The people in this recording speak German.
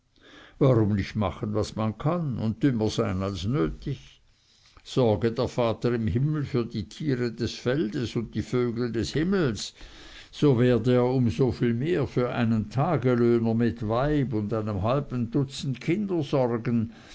warum nicht machen was man kann und dümmer sein als nötig sorge der vater im himmel für die tiere des feldes und die vögel des himmels so werde er um so viel mehr für einen taglöhner mit weib und einem halben dutzend kinder sorgen